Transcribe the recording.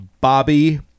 Bobby